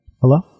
Hello